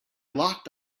locked